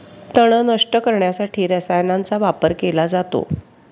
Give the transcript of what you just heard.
तण नष्ट करण्यासाठी रसायनांचा वापर केला जातो